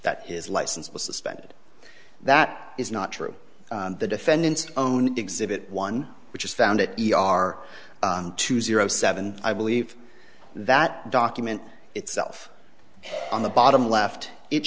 that his license was suspended that is not true the defendant's own exhibit one which is found it e r two zero seven i believe that document itself on the bottom left it